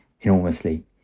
enormously